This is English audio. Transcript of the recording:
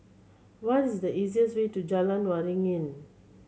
what is the easiest way to Jalan Waringin